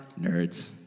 nerds